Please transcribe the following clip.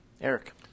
Eric